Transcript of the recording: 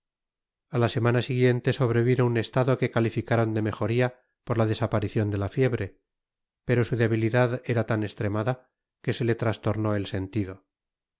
a la semana siguiente sobrevino un estado que calificaron de mejoría por la desaparición de la fiebre pero su debilidad era tan extremada que se le trastornó el sentido